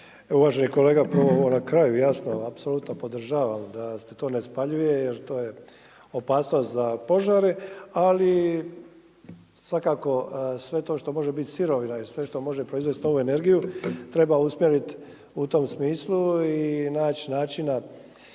Uvaženi kolega, prvo ovo na kraju. Jasno apsolutno podržavam da se to ne spaljuje jer to je opasnost za požare, ali svakako sve to što može biti sirovina i sve što može proizvesti novu energiju treba usmjeriti u tom smislu i naći načina